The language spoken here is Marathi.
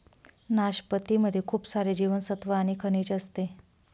नाशपती मध्ये खूप सारे जीवनसत्त्व आणि खनिज असते